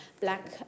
black